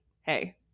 hey